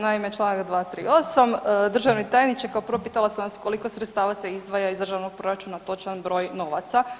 Naime, Članak 238., državni tajniče kao prvo pitala sam vas koliko sredstava se izdvaja iz državnog proračuna, točan broj novaca.